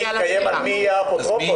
הדיון יתקיים על מי יהיה האפוטרופוס.